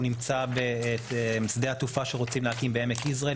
והוא נמצא בשדה התעופה שרוצים להקים בעמק יזרעאל,